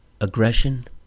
Aggression